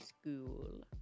School